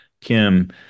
Kim